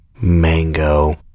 mango